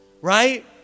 Right